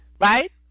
right